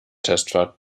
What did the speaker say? testfahrt